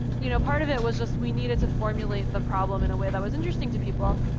you know part of it was just we needed to formulate the problem in a way that was interesting to people,